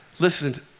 Listen